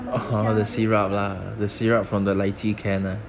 那么你加那个 syrup